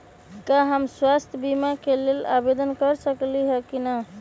का हम स्वास्थ्य बीमा के लेल आवेदन कर सकली ह की न?